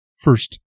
First